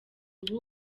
n’ubu